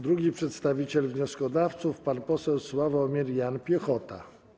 Drugi przedstawiciel wnioskodawców pan poseł Sławomir Jan Piechota.